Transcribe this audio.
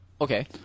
Okay